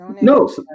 No